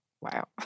Wow